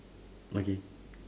okay